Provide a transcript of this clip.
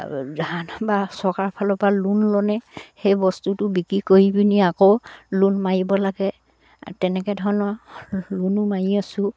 ধান বা চৰকাৰৰ ফালৰ পৰা লোন ল'নে সেই বস্তুটো বিক্ৰী কৰি পিনি আকৌ লোন মাৰিব লাগে তেনেকে ধৰণৰ লোনো মাৰি আছোঁ